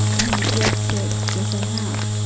and the judge said, yes i have.